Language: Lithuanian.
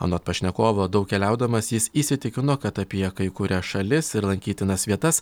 anot pašnekovo daug keliaudamas jis įsitikino kad apie kai kurias šalis ir lankytinas vietas